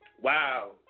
Wow